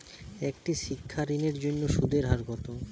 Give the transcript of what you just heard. একটি শিক্ষা ঋণের জন্য সুদের হার কত?